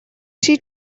she